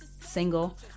single